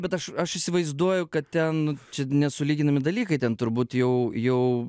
bet aš aš įsivaizduoju kad ten čia nesulyginami dalykai ten turbūt jau jau